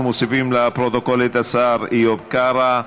אנחנו מוסיפים לפרוטוקול את השר איוב קרא.